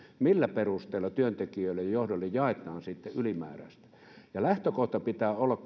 millä perusteella työntekijöille ja johdolle jaetaan ylimääräistä kun on korkea palkka lähtökohdan pitää olla